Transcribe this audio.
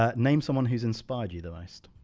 ah name someone who's inspired you the most.